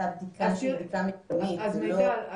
בדיקה שהיא בדיקה מדגמית --- מיטל,